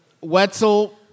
Wetzel